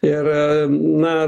ir na